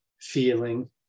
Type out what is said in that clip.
feeling